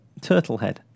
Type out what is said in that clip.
Turtlehead